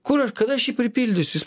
kur aš kada aš jį pripildysiu